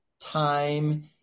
time